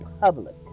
public